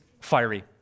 fiery